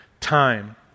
time